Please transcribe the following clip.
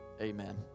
Amen